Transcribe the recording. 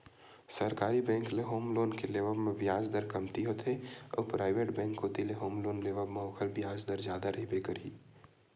सरकारी बेंक ले home loan के लेवब म बियाज दर कमती होथे अउ पराइवेट बेंक कोती ले होम लोन लेवब म ओखर बियाज दर जादा रहिबे करही